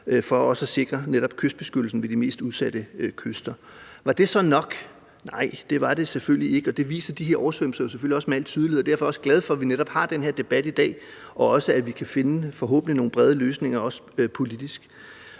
også at sikre kystbeskyttelsen ved de mest udsatte kyster. Var det så nok? Nej, det var det selvfølgelig ikke, og det viser de her oversvømmelser selvfølgelig også med al tydelighed, og jeg er derfor også glad for, at vi netop har den her debat i dag, og forhåbentlig kan vi også politisk finde nogle brede løsninger.